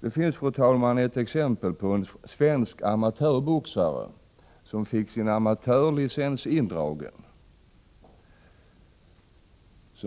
Det finns, fru talman, ett exempel som visar att en svensk amatörboxare, som fått sin amatörlicens indragen,